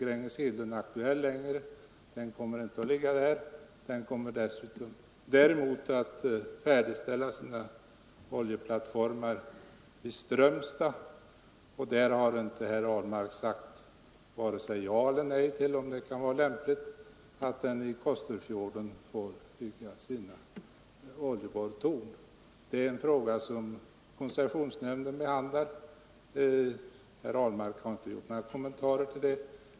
Gränges Hedlunds etablering i Sannäs är nu inte längre aktuell. Företaget kommer att färdigställa sina oljeplattformar i Strömstad, och herr Ahlmark har inte sagt vare sig ja eller nej till frågan huruvida det är lämpligt att man får bygga oljeborrtorn i Kosterfjorden. Ärendet behandlas av koncessionsnämnden, och herr Ahlmark har inte gjort några kommentarer.